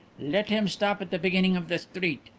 let him stop at the beginning of the street.